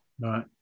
Right